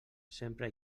sempre